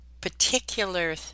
particular